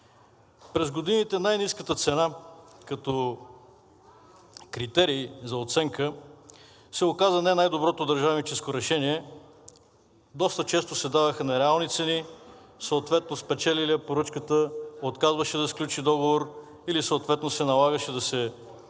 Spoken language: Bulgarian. През годините най-ниската цена като критерий за оценка се оказа не най-доброто държавническо решение. Доста често се даваха нереални цени, съответно спечелилият поръчката отказваше да сключи договор или съответно се налагаше да се избере